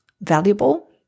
valuable